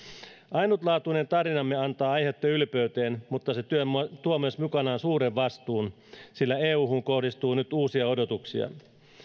ainutlaatuinen tarinamme antaa aihetta ylpeyteen mutta se tuo mukanaan myös suuren vastuun sillä euhun kohdistuu nyt uusia odotuksia